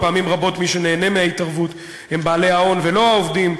ופעמים רבות מי שנהנים מההתערבות הם בעלי ההון ולא העובדים,